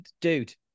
dude